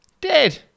Dead